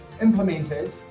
implemented